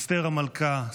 אסתר המלכה,